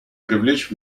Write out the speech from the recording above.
привлечь